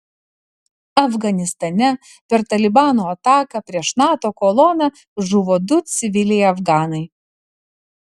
afganistane per talibano ataką prieš nato koloną žuvo du civiliai afganai